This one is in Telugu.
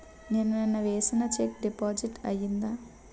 నేను నిన్న వేసిన చెక్ డిపాజిట్ అయిందా?